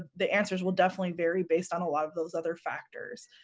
the answers will definitely vary based on a lot of those other factors.